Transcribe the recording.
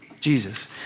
Jesus